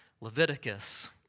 Leviticus